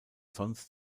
sonst